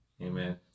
Amen